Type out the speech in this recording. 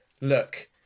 look